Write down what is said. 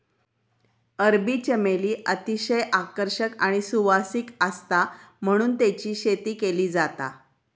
अरबी चमेली अतिशय आकर्षक आणि सुवासिक आसता म्हणून तेची शेती केली जाता